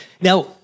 Now